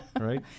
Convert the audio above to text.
right